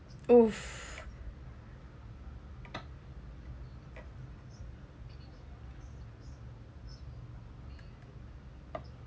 oh